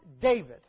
David